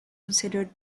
considered